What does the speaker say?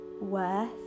worth